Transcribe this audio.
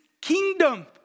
kingdom